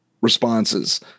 responses